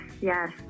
yes